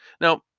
Now